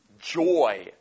joy